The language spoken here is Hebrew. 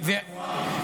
תחבורה?